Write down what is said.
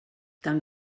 tant